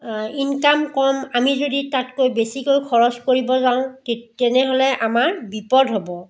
income কম আমি যদি তাতকৈ বেছিকৈ খৰচ কৰিব যাওঁ তে তেনেহ'লে আমাৰ বিপদ হ'ব